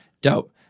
dope